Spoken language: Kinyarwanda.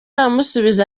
aramusubiza